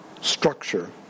structure